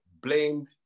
blamed